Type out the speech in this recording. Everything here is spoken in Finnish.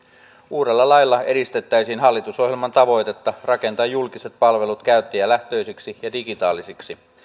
uudella lailla edistettäisiin hallitusohjelman tavoitetta rakentaa julkiset palvelut käyttäjälähtöisiksi ja digitaalisiksi